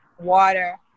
water